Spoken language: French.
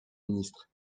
ministre